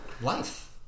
life